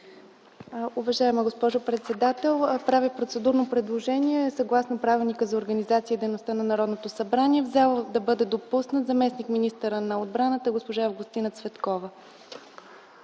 Уважаема госпожо председател, правя процедурно предложение съгласно Правилника за организацията и дейността на Народното събрание в залата да бъде допуснат заместник-министърът на отбраната госпожа Августина Цветкова.